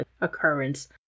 occurrence